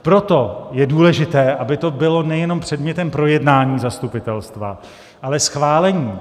Proto je důležité, aby to bylo nejenom předmětem projednání zastupitelstva, ale schválení.